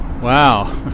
Wow